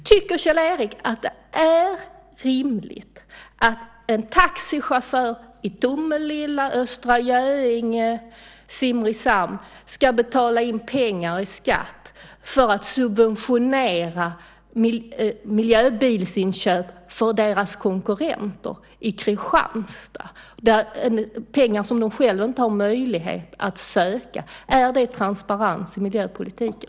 Tycker Kjell-Erik att det är rimligt att taxichaufförer i Tomelilla, Östra Göinge och Simrishamn ska betala in pengar i skatt för att subventionera miljöbilsinköp för sina konkurrenter i Kristianstad, pengar som de själva inte har möjlighet att söka? Är det transparens i miljöpolitiken?